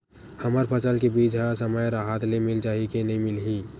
हमर फसल के बीज ह समय राहत ले मिल जाही के नी मिलही?